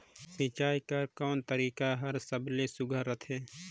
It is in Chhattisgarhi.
सिंचाई कर कोन तरीका हर सबले सुघ्घर रथे?